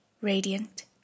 radiant